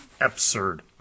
absurd